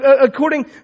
According